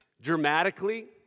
dramatically